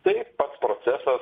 tai procesas